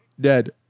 dead